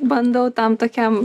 bandau tam tokiam